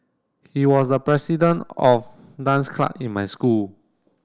he was the president of dance club in my school